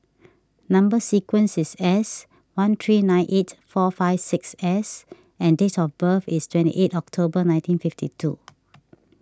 Number Sequence is S one three nine eight four five six S and date of birth is twenty eight October nineteen fifty two